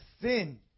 sin